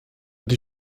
die